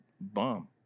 bomb